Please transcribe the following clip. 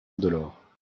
indolore